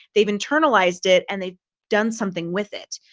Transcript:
they've internalized it, and they've done something with it.